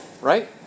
Right